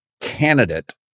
candidate